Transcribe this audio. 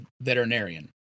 veterinarian